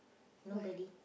nobody